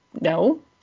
no